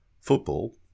football